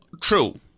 true